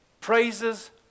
praises